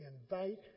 invite